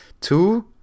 two